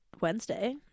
wednesday